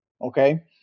okay